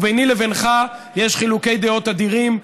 וביני לבינך יש חילוקי דעות אדירים,